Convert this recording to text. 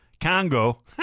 congo